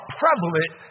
prevalent